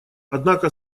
однако